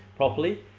properly,